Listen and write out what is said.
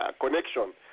connection